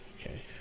Okay